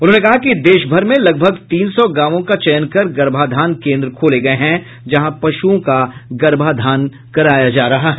उन्होंने कहा कि देश भर में लगभग तीन सौ गांवों का चयन कर गर्भाधान केन्द्र खोले गये हैं जहां पशुओं का गर्भधान कराया जा रहा है